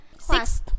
Six